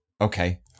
Okay